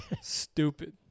Stupid